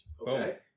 Okay